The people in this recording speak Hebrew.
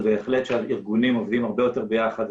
זה בהחלט שהארגונים עובדים הרבה יותר ביחד,